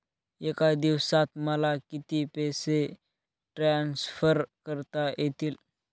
एका दिवसात मला किती पैसे ट्रान्सफर करता येतील?